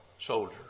soldier